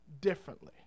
differently